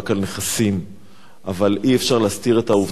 אבל אי-אפשר להסתיר את העובדה שלא מדובר בדיפלומטיה.